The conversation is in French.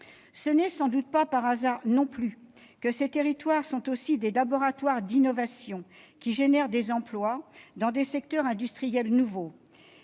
Ce n'est sans doute pas non plus par hasard que ces territoires sont également des laboratoires d'innovation qui génèrent des emplois dans des secteurs industriels nouveaux.